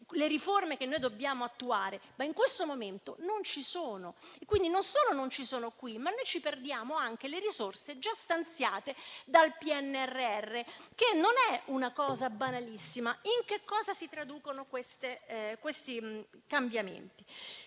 le riforme che dobbiamo attuare. In questo momento tali risorse non ci sono: non solo non ci sono qui, ma perdiamo anche le risorse già stanziate dal PNRR, il che non è una cosa banalissima. In che cosa si traducono questi cambiamenti?